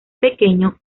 pequeño